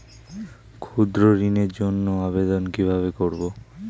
ক্ষুদ্র ঋণের জন্য আবেদন কিভাবে করব?